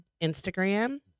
Instagram